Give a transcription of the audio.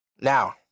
now